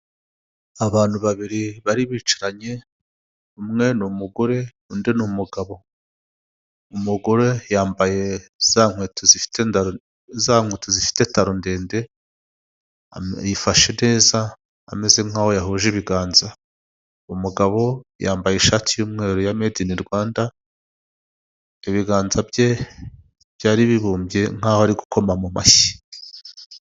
Abantu babiri bari bicaranye umwe n'umugore undi n'umugabo, umugore yambaye za nkweto zifite taro ndende yifashe neza ameze nk'aho yahuje ibiganza, umugabo yambaye ishati y'umweru ya meyide ini Rwanda, ibiganza bye byari bibumbye nkaho ari gukoma mu mashyi.